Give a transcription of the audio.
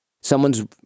someone's